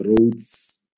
roads